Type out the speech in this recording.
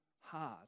hard